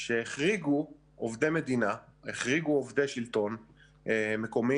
החריגו עובדי מדינה, החריגו עובדי שלטון מקומי,